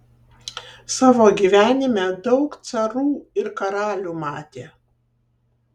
savo gyvenime daug carų ir karalių matė